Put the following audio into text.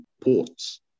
ports